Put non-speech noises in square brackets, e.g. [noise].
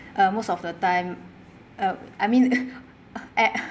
uh most of the time uh I mean [noise] at [noise]